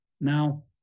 now